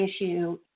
issue